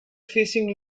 facing